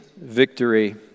victory